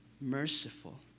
merciful